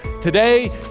Today